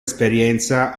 esperienza